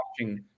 watching